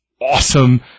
awesome